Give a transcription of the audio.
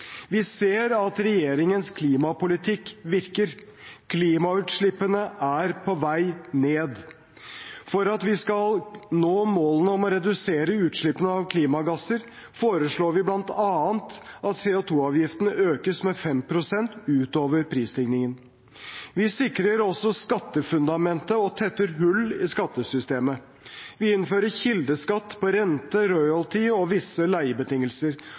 Vi ser at regjeringens klimapolitikk virker. Klimautslippene er på vei ned. For at vi skal nå målene om å redusere utslippene av klimagasser, foreslår vi bl.a. at CO2-avgiften økes med 5 pst. ut over prisstigningen. Vi sikrer også skattefundamentet og tetter hull i skattesystemet. Vi innfører kildeskatt på rente, royalty og visse leiebetingelser